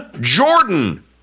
Jordan